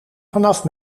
vanaf